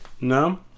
no